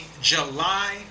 July